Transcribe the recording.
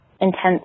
intense